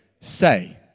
say